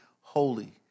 holy